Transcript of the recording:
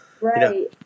Right